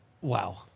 wow